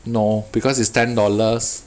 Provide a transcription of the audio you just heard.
no because it's ten dollars